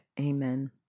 Amen